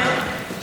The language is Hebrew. וחברים,